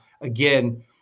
again